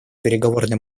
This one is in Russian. переговорный